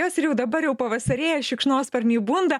juos ir jau dabar jau pavasarėja šikšnosparniai bunda